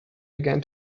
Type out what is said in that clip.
began